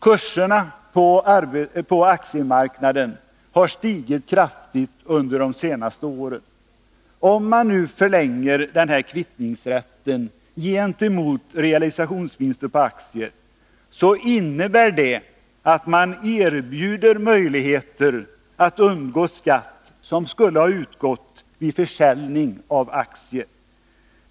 Kurserna på aktiemarknaden har stigit kraftigt under de senaste åren. Om man nu förlänger den här kvittningsrätten gentemot realisationsvinster på aktier, innebär det att man erbjuder möjligheter att undgå skatt som skulle ha utgått vid försäljning av aktier.